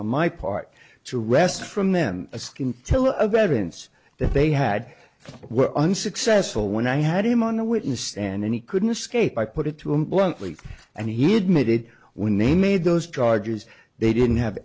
on my part to rest from them a scheme to tell a veterans that they had were unsuccessful when i had him on the witness stand and he couldn't escape i put it to him bluntly and he admitted when they made those charges they didn't have